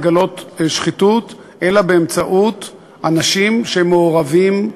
לגלות שחיתות אלא באמצעות אנשים שמעורבים,